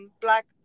black